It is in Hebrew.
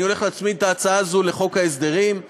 אני הולך להצמיד את ההצעה הזאת לחוק ההסדרים,